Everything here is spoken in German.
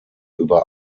über